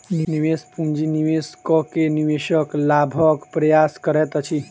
निवेश पूंजी निवेश कअ के निवेशक लाभक प्रयास करैत अछि